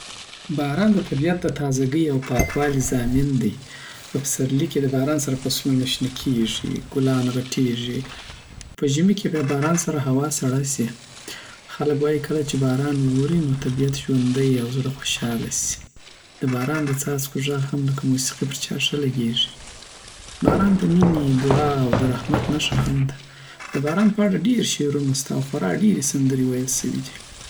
باران د طبیعت د تازه ګي او پاکوالی ضامن دی په پسرلی کی دباران سره فصلونوشنه کیږی، ګلان غټیږی خو په ژمی کی بیا باران سره هوا سړه سی خلګ وایی کله چی باران اوری نو طبیعت ژوندی او زړه خوشحاله سی د باران د څاڅکو ږغ هم لکه موسیقي پرچاښه لګیړی باران د مینی، دعا، او د الله رحمت نښه هم ده د باران په اړه ډیر شعرونه سته او خورا دیری سندری ویل سوی دی